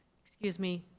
excuse me,